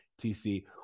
TC